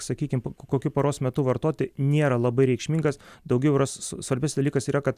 sakykim kokiu paros metu vartoti nėra labai reikšmingas daugiau yra svarbus dalykas yra kad